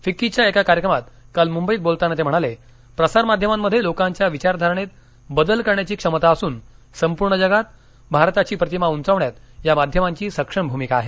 फिक्कीच्या एका कार्यक्रमात काल मुंबईत बोलताना ते म्हणाले प्रसार माध्यमांमध्ये लोकांच्या विचारधारणेत बदल करण्याची क्षमता असून संपूर्ण जगात भारताची प्रतिमा उंचावण्यात या माध्यमांची सक्षम भूमिका आहे